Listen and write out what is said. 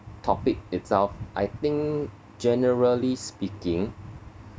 topic itself I think generally speaking